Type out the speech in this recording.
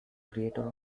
creator